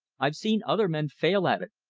i've seen other men fail at it,